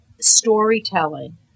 storytelling